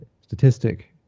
statistic